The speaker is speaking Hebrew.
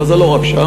אבל זה לא רק שם.